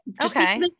Okay